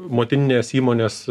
motininės įmonės